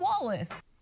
Wallace